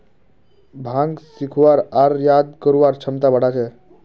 भांग सीखवार आर याद करवार क्षमता बढ़ा छे